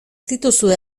dituzue